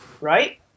right